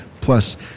Plus